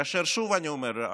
ושוב אני אומר,